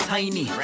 Tiny